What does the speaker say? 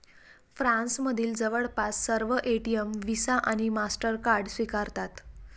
फ्रान्समधील जवळपास सर्व एटीएम व्हिसा आणि मास्टरकार्ड स्वीकारतात